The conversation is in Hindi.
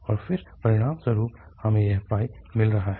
और परिणामस्वरूप हमें यह मिल रहा है